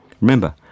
Remember